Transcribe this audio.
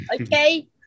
okay